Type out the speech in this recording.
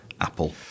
Apple